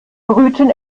brüten